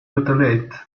retaliate